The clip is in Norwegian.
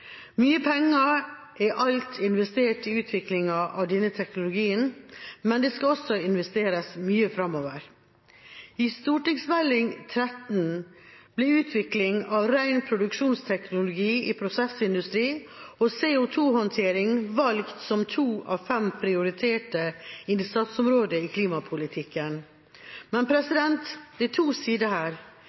Mye penger er alt investert i utviklingen av denne teknologien, men det skal også investeres mye framover. I Meld. St. 13 for 2014–2015 ble utvikling av ren produksjonsteknologi i prosessindustri og CO2-håndtering valgt som to av fem prioriterte innsatsområder i klimapolitikken. Men det er to sider her.